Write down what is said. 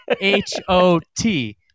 H-O-T